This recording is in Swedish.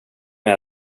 med